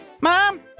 Mom